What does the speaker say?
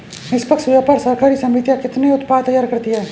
निष्पक्ष व्यापार सहकारी समितियां कितने उत्पाद तैयार करती हैं?